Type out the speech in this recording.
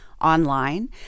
online